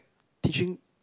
teaching